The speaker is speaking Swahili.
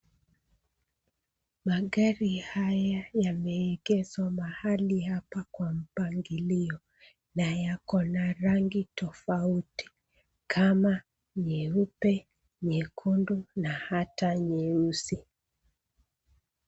Magari haya yameegeshwa mahali hapa kwa mpangilio na yako na rangi tofauti kama nyeupe, nyekundu na hata nyeusi.